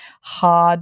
hard